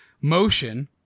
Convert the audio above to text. motion